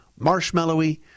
marshmallowy